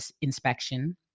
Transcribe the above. inspection